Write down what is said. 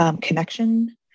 connection